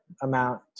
amount